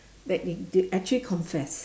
that they did actually confess